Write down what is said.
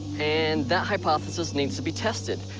and that hypothesis needs to be tested.